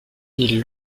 ils